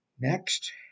Next